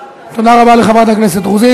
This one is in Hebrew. תודה רבה לחברת הכנסת רוזין.